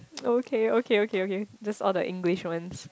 okay okay okay okay okay just all the English ones